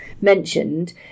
mentioned